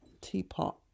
teapot